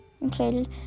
included